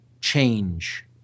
change